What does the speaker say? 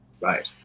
Right